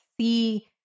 see